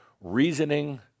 reasoning